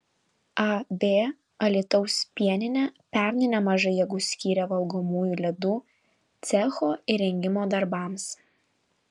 ab alytaus pieninė pernai nemažai jėgų skyrė valgomųjų ledų cecho įrengimo darbams